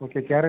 okay carrot